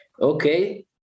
Okay